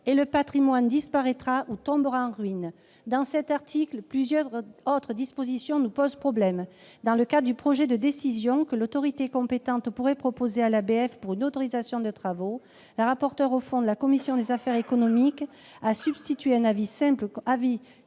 et le patrimoine disparaîtra ou tombera en ruine. Dans cet article, plusieurs autres dispositions nous posent problème. Dans le cadre du projet de décision que l'autorité compétente pourrait proposer à l'ABF pour une autorisation de travaux, la rapporteur au fond de la commission des affaires économiques a substitué un simple